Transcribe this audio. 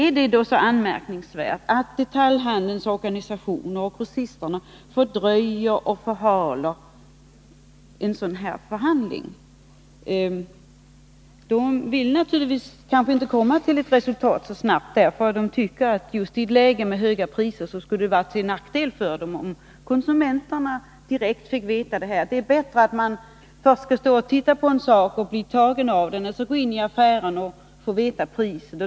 Är det då anmärkningsvärt att detaljhandelns organisationer och grossisterna fördröjer och förhalar en sådan här förhandling? De vill kanske inte komma till ett snabbt resultat, därför att de anser att det i ett läge med höga priser skulle vara till nackdel för dem, om konsumenterna direkt fick veta priserna. Det ligger mer i deras intresse att konsumenten först får titta på en sak, bli intresserad av den och sedan gå in i affären och få veta priset.